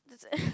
that's uh